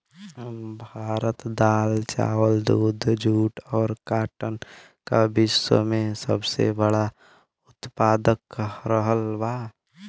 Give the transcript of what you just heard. भारत दाल चावल दूध जूट और काटन का विश्व में सबसे बड़ा उतपादक रहल बा